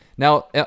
Now